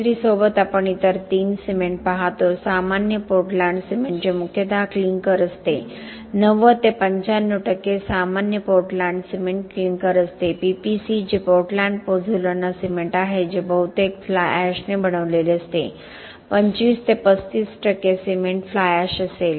LC3 सोबत आपण इतर तीन सिमेंट पाहतो सामान्य पोर्टलँड सिमेंट जे मुख्यतः क्लिंकर असते 90 ते 95 टक्के सामान्य पोर्टलँड सिमेंट क्लिंकर असते PPC जे पोर्टलॅंड पोझोलाना सिमेंट आहे जे बहुतेक फ्लाय ऍशने बनवलेले असते 25 ते 35 टक्के सिमेंट फ्लाय ऍश असेल